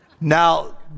Now